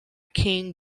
king